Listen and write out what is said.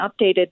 updated